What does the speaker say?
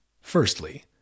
Firstly